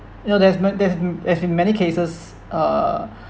you know there's man there's there's been many cases uh